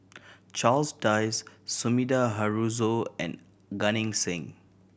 Charles Dyce Sumida Haruzo and Gan Eng Seng